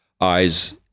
eyes